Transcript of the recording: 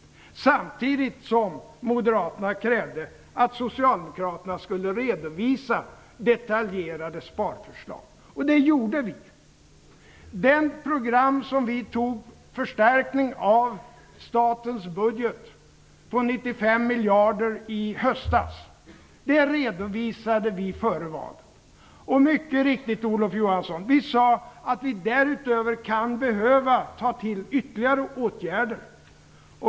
Men samtidigt krävde Moderaterna att Socialdemokraterna skulle redovisa detaljerade sparförslag. Och det gjorde vi! Det program som vi tog om en förstärkning av statens budget på 95 miljarder kronor i höstas redovisade vi före valet. Och mycket riktigt, Olof Johansson, vi sade att vi därutöver kan behöva ta till ytterligare åtgärder.